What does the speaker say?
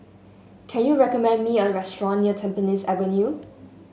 can you recommend me a restaurant near Tampines Avenue